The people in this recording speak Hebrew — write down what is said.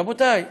רבותיי,